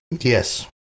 Yes